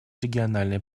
региональные